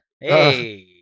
Hey